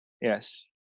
yes